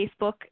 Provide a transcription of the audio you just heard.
Facebook